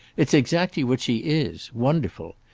it's exactly what she is wonderful.